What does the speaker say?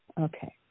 Okay